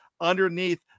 underneath